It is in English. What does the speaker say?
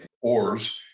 ores